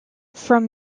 from